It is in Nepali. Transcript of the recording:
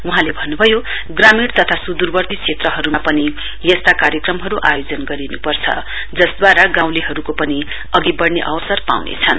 वहाँले भन्नुभयो ग्रामीन तथा सुइखर्ती क्षेत्रहरुमा पनि यस्ता कार्यक्रमहरु आयोजन गरिनुपर्छ जसदूवारा गाँउहरुले पनि अघि बढ़ने अवसर पाउनेछन्